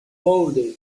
ponder